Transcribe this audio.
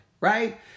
right